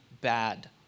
bad